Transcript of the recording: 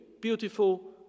beautiful